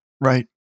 Right